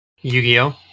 Yu-Gi-Oh